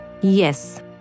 Yes